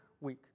week